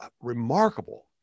Remarkable